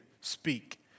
speak